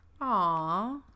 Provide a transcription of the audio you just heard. Aw